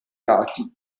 dati